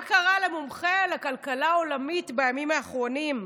מה קרה למומחה לכלכלה העולמית בימים האחרונים,